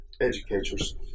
Educators